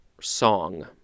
song